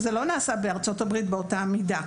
דבר שלא נעשה בארצות הברית באותה מידה.